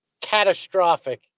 catastrophic